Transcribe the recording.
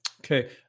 okay